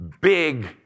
big